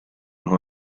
nhw